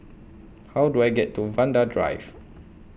How Do I get to Vanda Drive